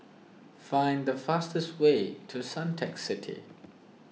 find the fastest way to Suntec City